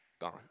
gone